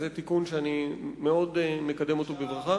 זה תיקון שאני מקדם בברכה.